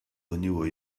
vanilla